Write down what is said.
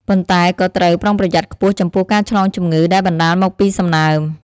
ប៉ុន្តែក៏ត្រូវប្រុងប្រយ័ត្នខ្ពស់ចំពោះការឆ្លងជំងឺដែលបណ្តាលមកពីសំណើម។